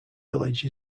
village